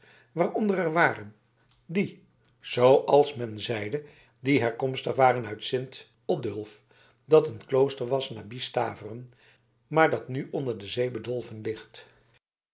waaronder er waren die zooals men zeide herkomstig waren uut sint odulf dat een klooster was nabi staveren maar dat nu onder de zee bedolven ligt